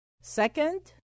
Second